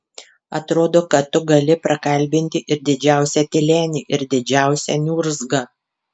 atrodo kad tu gali prakalbinti ir didžiausią tylenį ir didžiausią niurzgą